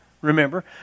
Remember